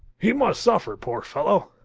he must suffer, poor fellow!